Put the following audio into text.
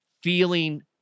feeling